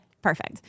Perfect